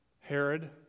Herod